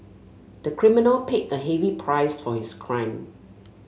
the criminal paid a heavy price for his crime